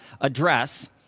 address